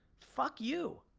fuck you.